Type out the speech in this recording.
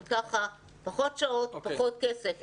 גם כך זה פחות שעות פחות כסף,